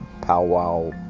powwow